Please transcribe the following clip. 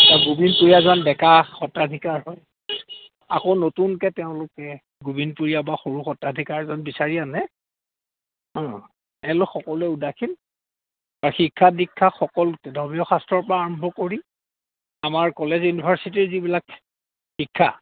গোবিনপুৰীয়াজন ডেকা সত্ৰাধিকাৰ হয় আকৌ নতুনকে তেওঁলোকে গোবিনপুৰীয়া বা সৰু সত্ৰাধিকাৰজন বিচাৰি আনে তেওঁলোক সকলোৱে উদাসীন বা শিক্ষা দীক্ষা সকল ধৰ্মীয় শাস্ত্ৰৰ পৰা আৰম্ভ কৰি আমাৰ কলেজ ইউনিভাৰ্চিটিৰ যিবিলাক শিক্ষা